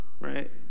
right